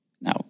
Now